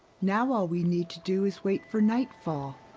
now all we need to do is wait for nightfall.